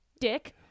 dick